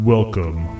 Welcome